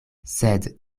sed